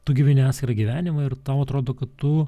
tu gyveni atskirą gyvenimą ir tau atrodo kad tu